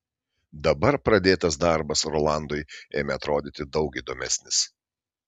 dabar pradėtas darbas rolandui ėmė atrodyti daug įdomesnis